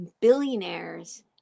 billionaires